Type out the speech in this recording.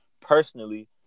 personally